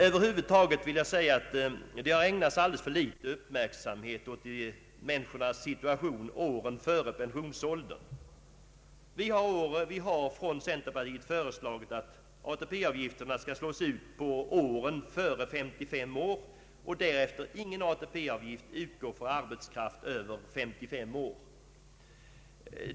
Över huvud taget har det ägnats alldeles för litet uppmärksamhet åt människornas situation åren närmast före pensionsåldern. Centerpartiet har föreslagit att ATP-avgifterna skall slås ut på tiden före 55 års ålder. För arbetskraft över 55 år skall sålunda ingen ATP avgift utgå.